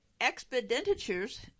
expenditures